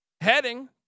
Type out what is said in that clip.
heading